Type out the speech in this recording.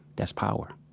that's power